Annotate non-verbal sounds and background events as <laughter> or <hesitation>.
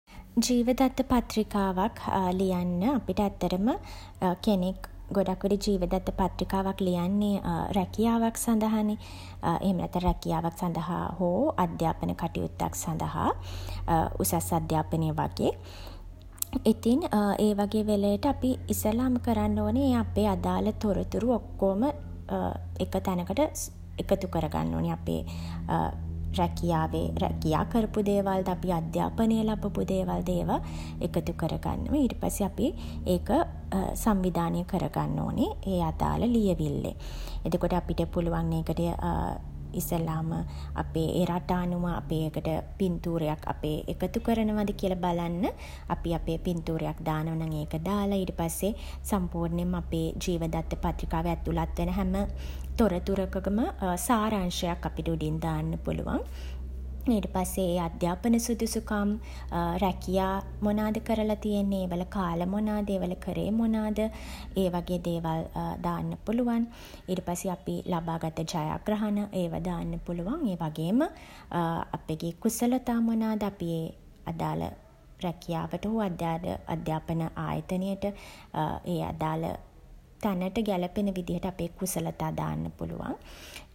ජීව දත්ත පත්‍රිකාවක් <hesitation> ලියන්න <hesitation> අපිට ඇත්තටම <hesitation> කෙනෙක් <hesitation> ගොඩක් විට ජීව දත්ත පත්‍රිකාවක් ලියන්නෙ <hesitation> රැකියාවක් සඳහනේ <hesitation> එහෙම නැත්තම් රැකියාවක් සඳහා <hesitation> හෝ <hesitation> අධ්‍යාපන කටයුත්තක් සඳහා <hesitation> උසස් අධ්‍යාපනය වගේ. ඉතින් <hesitation> ඒ වගේ වෙලේට අපි <hesitation> ඉස්සෙල්ලම කරන්න ඕනේ <hesitation> ඒ අපේ අදාළ තොරතුරු ඔක්කොම <hesitation> එක තැනකට <hesitation> එකතු කර ගන්න ඕනේ. අපේ <hesitation> රැකියාවේ රැකියා කරපු දේවල්ද අපේ අධ්‍යාපනය ලබපු දේවල්ද ඒවා <hesitation> එකතු කරගන්නවා. ඊට පස්සේ අපි <hesitation> ඒක <hesitation> සංවිධානය කරගන්න ඕනේ ඒ අදාළ ලියවිල්ලේ. එතකොට අපිට පුළුවන් ඒකට <hesitation> ඉස්සෙල්ලාම අපේ ඒ රට අනුව අපි ඒකට පින්තූරයක් අපේ එකතු කරනවද කියල බලන්න. අපි අපේ පින්තූරයක් දානවා නම් ඒක දාල <hesitation> ඊට පස්සේ සම්පූර්ණයෙන්ම අපේ ජීව දත්ත පත්‍රිකාවේ ඇතුළත් වන හැම <hesitation> තොරතුරකම සාරාංශයක් අපිට උඩින් දාන්න පුළුවන්. ඊට පස්සේ ඒ අධ්‍යාපන සුසුදුකම් <hesitation> රැකියා <hesitation> මොනාද කරලා තියෙන්නේ <hesitation> ඒවල කාල මොනාද <hesitation> ඒවල කරේ මොනාද <hesitation> ඒ වගේ දේවල් <hesitation> දාන්න පුළුවන්. ඊට පස්සේ අපි <hesitation> ලබා ගත්ත ජයග්‍රහණ <hesitation> දාන්න පුළුවන්. ඒ වගේම <hesitation> අපගේ කුසලතා මොනාද <hesitation> අපි ඒ <hesitation> අදාළ රැකියාවට හෝ අධ්‍යාපන ආයතනයට <hesitation> ඒ අදාළ තැනට ගැළපෙන විදිහට අපේ කුසලතා දාන්න පුළුවන්.